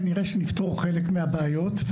כנראה שנפתור חלק מהבעיות,